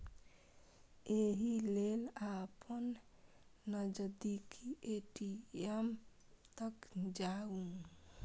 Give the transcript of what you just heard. एहि लेल अपन नजदीकी ए.टी.एम तक जाउ